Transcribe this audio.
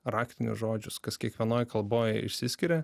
raktinius žodžius kas kiekvienoj kalboj išsiskiria